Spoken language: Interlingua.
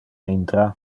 intra